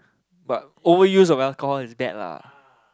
but overuse of alcohol is bad lah